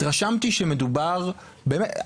התרשמתי שמדובר באמת,